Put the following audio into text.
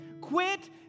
Quit